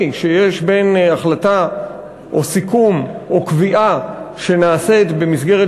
שיש בין החלטה או סיכום או קביעה שנעשית במסגרת